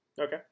okay